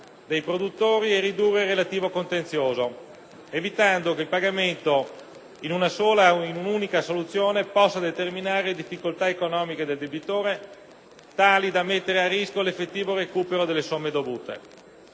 dai produttori e ridurre il relativo contenzioso, evitando che il pagamento in un'unica soluzione possa determinare difficoltà economiche del debitore, tali da mettere a rischio l'effettivo recupero delle somme dovute.